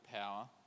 power